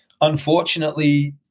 unfortunately